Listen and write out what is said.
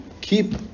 keep